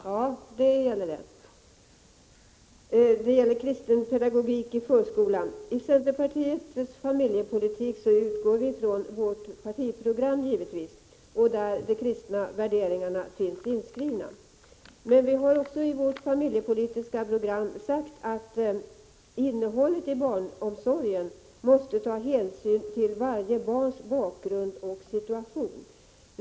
Herr talman! Jag vill beröra frågan om kristen pedagogik i förskolan. Centerpartiets familjepolitik utgår givetvis från partiprogrammet, där de kristna värderingarna finns inskrivna. Men vi har också sagt i vårt familjepolitiska program att innehållet i barnomsorgen måste ta hänsyn till varje barns bakgrund och situation.